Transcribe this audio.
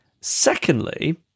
Secondly